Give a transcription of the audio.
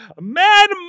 Mad